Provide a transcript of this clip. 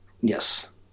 Yes